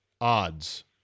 odds